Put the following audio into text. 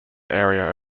area